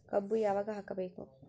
ಕಬ್ಬು ಯಾವಾಗ ಹಾಕಬೇಕು?